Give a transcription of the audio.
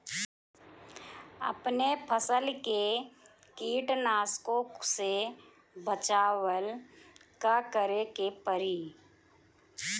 अपने फसल के कीटनाशको से बचावेला का करे परी?